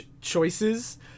choices